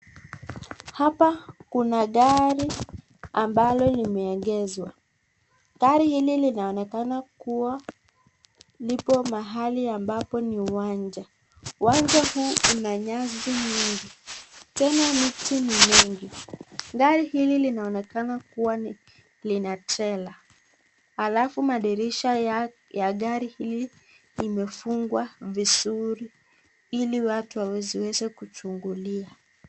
Hapa kuna gari ambalo limeegezwa. Gari hili linaonekana kuwa lipo mahali ambapo ni uwanja. Uwanja huu una nyasi mingi ,tena miti ni mingi. Gari hili linaonaonekana kua lina trela alafu madirisha ya gari hili imefungwa vizuri ili watu wasiweze kuchungulia.